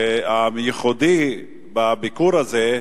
והייחודי בביקור הזה,